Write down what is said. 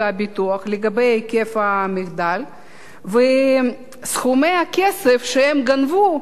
הביטוח לגבי היקף המחדל וסכומי הכסף שהם גנבו,